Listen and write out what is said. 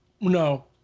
No